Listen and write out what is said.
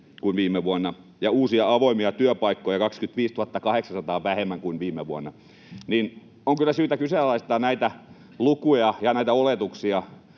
kuin viime vuonna ja uusia avoimia työpaikkoja 25 800 vähemmän kuin viime vuonna — niin on kyllä syytä kyseenalaistaa näitä lukuja ja näitä oletuksia.